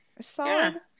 Solid